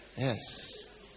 Yes